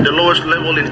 lowest level